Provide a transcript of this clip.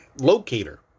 locator